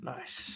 Nice